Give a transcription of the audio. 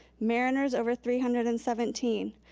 mariners over three hundred and seventeen.